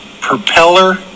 propeller